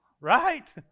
Right